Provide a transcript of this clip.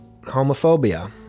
homophobia